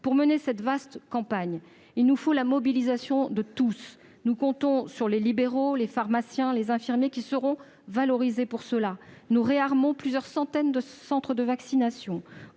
Pour mener cette vaste campagne, il nous faut la mobilisation de tous. Nous comptons sur les médecins libéraux, les pharmaciens, les infirmiers, qui seront valorisés pour cela. Nous réarmons plusieurs centaines de centres de vaccination